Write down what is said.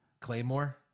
claymore